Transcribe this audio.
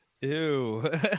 Ew